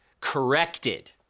corrected